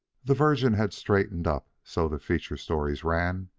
the virgin had straightened up, so the feature-stories ran,